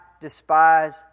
despise